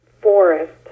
forest